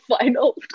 final